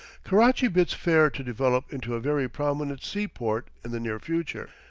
karachi bids fair to develop into a very prominent sea-port in the near future.